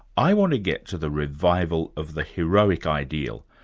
i want to get to the revival of the heroic ideal,